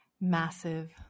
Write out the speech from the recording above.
massive